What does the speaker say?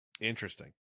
Interesting